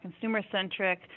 consumer-centric